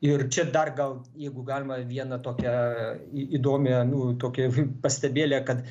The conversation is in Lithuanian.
ir čia dar gal jeigu galima vieną tokią įdomią nu tokią pastebėlę kad